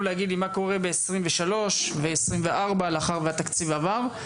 להגיד לי מה קורה ב-2023 ו-2024 לאחר שהתקציב עבר.